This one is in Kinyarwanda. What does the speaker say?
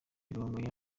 gahongayire